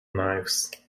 knives